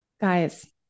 Guys